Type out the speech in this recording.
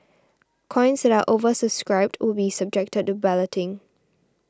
coins that are oversubscribed will be subjected to balloting